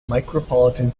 micropolitan